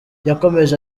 yakomeje